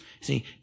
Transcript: See